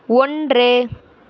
ஒன்று